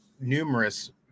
numerous